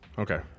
Okay